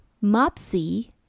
Mopsy